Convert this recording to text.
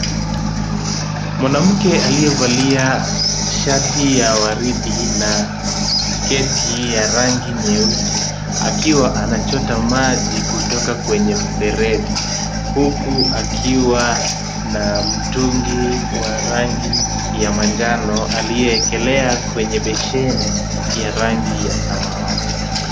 Mwanamke aliyevalia shati ya waridi na sketi ya rangi nyeusi akiwa anachota maji kutoka kwenye mfereji, huku akiwa na mtungi wa rangi ya manjano, aliyeekelea kwenye besheni ya rangi ya samawati.